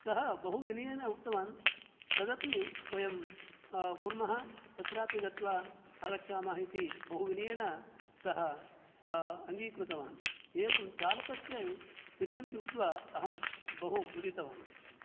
सः बहुविनयेन उक्तवान् तदपि वयं कुर्मः तत्रापि गत्वा आगच्छामः इति बहुविनयेन सः अङ्गीकृतवान् एवं चालकस्य विनयं दृष्ट्वा अहं बहु मुदितवान्